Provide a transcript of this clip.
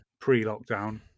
pre-lockdown